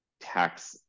tax